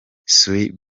sue